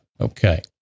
Okay